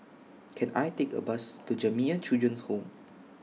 Can I Take A Bus to Jamiyah Children's Home